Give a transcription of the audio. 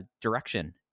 direction